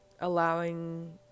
allowing